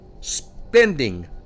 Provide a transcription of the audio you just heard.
spending